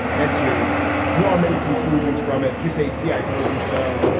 and to draw many conclusions from it, to say, see, i told you so.